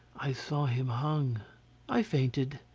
i saw him hung i fainted.